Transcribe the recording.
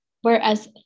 Whereas